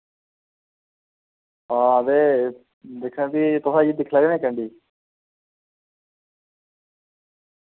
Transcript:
हां ते दिक्खो हां भी तुस आइयै दिक्खी लैएओ ना इक हांडी